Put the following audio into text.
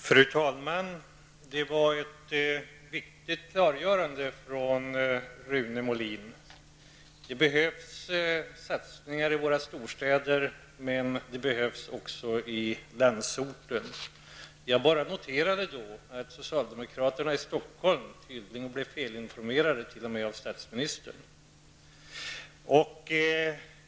Fru talman! Det var ett viktigt klargörande från Rune Molin. Det behövs satsningar i våra storstäder, men det behövs också på landsorten. Jag noterade bara att socialdemokraterna i Stockholm tydligen blivit felinformerade t.o.m. av statsministern.